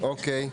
אוקיי.